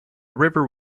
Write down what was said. river